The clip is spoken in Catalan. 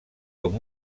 com